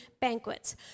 banquets